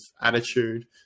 attitude